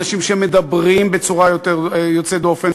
אנשים שמדברים בצורה יוצאת דופן,